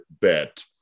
bet